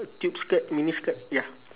cute skirt mini skirt ya